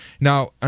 Now